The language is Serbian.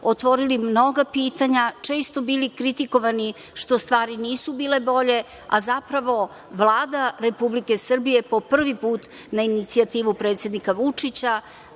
Otvorili mnoga pitanja, često bili kritikovani što stvari nisu bile bolje, a zapravo Vlada Republike Srbije po prvi put, na inicijativu predsednika Vučića,